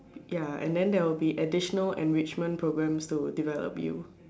ya and then there will be additional enrichment programs to develop you